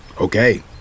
Okay